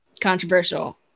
Controversial